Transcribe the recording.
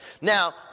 Now